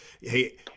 hey